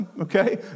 Okay